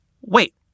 Wait